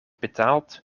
betaald